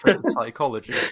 psychology